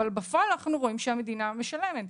אבל בפועל אנחנו רואים שהמדינה משלמת.